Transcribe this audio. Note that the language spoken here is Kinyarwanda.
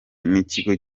n’ikigo